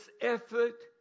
effort